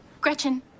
Gretchen